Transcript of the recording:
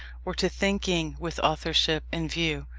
or to thinking with authorship in view.